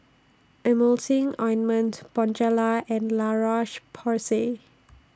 Emulsying Ointment Bonjela and La Roche Porsay